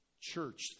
church